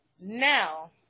Now